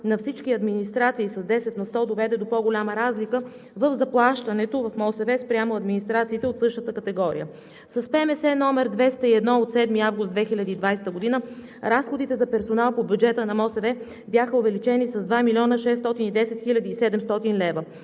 на всички администрации с 10 на сто доведе до по-голяма разлика в заплащането в МОСВ спрямо администрациите от същата категория. С Постановление на Министерския съвет № 201 от 7 август 2020 г. разходите за персонал по бюджета на МОСВ бяха увеличени с 2 млн. 610 хил. 700 лв.